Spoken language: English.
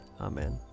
Amen